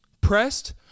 pressed